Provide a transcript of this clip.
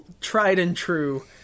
tried-and-true